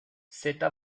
zeta